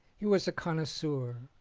he was a connoisseur.